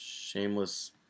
Shameless